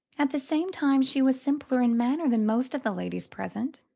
at the same time she was simpler in manner than most of the ladies present,